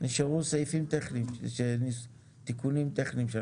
נשארו סעיפים טכניים, תיקונים טכניים.